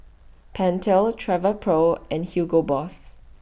Pentel Travelpro and Hugo Boss